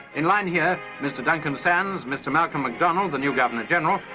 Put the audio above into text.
in line here, mr duncan sandys, mr malcolm mcdonald, the new governor-general,